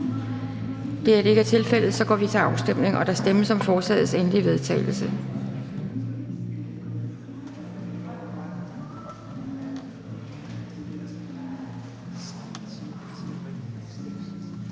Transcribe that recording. Det er der ikke. Så går vi til afstemning, og der stemmes om lovforslagets endelige vedtagelse,